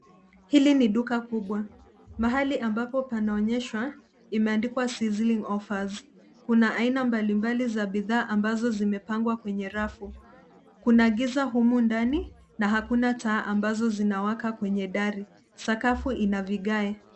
Hili ni duka kubwa. Mahali ambapo panaonyeshwa, pameandikwa, sizzling offers . Kuna aina mbali mbali za bidhaa ambazo zimepangwa kwenye rafu. Kuna giza humu ndani, na hakuna taa ambazo zinawaka kwenye dari. Sakafu ina vigae.